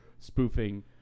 spoofing